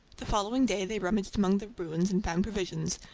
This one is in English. the following day they rummaged among the ruins and found provisions,